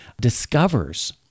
discovers